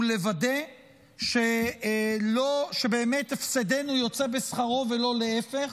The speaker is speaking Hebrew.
הוא לוודא שבאמת הפסדנו יוצא בשכרו, ולא להפך.